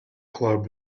club